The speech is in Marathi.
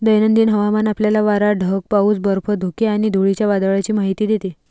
दैनंदिन हवामान आपल्याला वारा, ढग, पाऊस, बर्फ, धुके आणि धुळीच्या वादळाची माहिती देते